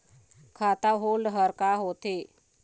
खाता होल्ड हर का होथे?